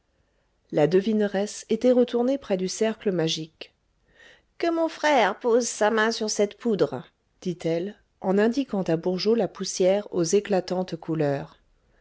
la devineresse était retournée près du cercle magique que mon frère pose sa main sur cette poudre dit-elle en indiquant à bourgeot la poussière aux éclatantes couleurs